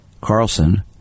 Carlson